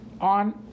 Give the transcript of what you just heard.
on